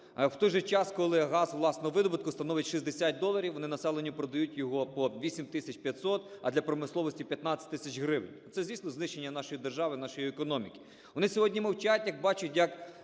В той же час, коли газ власного видобутку становить 60 доларів, вони населенню продають його 8 тисяч 500, а для промисловості 15 тисяч гривень. Це, звісно, знищення нашої держави, нашої економіки. Вони сьогодні мовчать, як бачать, як